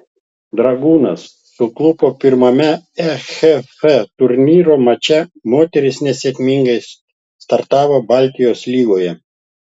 dragūnas suklupo pirmame ehf turnyro mače moterys nesėkmingai startavo baltijos lygoje